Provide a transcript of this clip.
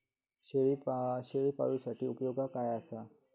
शेळीपाळूसाठी उपयोगाचा काय असा?